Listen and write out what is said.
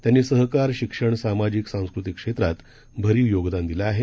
त्यांनीसहकार शिक्षण सामाजिक सांस्कृतिकक्षेत्रातभरीवयोगदानदिलंआहे